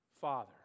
father